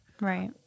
Right